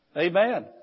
Amen